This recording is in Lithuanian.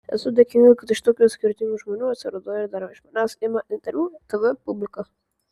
esu dėkinga kad iš tokių skirtingų žmonių atsiradau ir dar iš manęs ima interviu tv publika